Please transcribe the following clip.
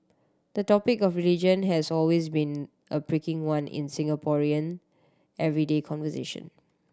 the topic of religion has always been a pricking one in Singaporean everyday conversation